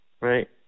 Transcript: Right